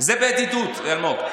זה בידידות, אלמוג.